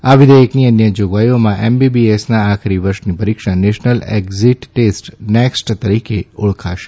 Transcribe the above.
આ વિઘેયકની અન્ય જાગવાઈઓમાં એમબીબીએસના આખરી વર્ષની પરીક્ષા નેશનલ એક્ઝીટ ટેસ્ટ નેક્સ્ટ તરીકે ઓળખાશે